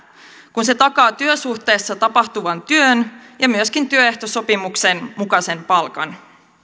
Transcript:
kun se takaa työsuhteessa tapahtuvan työn ja myöskin työehtosopimuksen mukaisen palkan